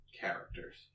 characters